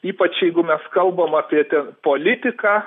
ypač jeigu mes kalbam apie politiką